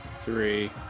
three